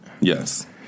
Yes